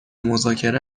مذاکره